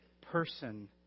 person